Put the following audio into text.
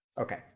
Okay